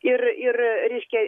ir ir reiškia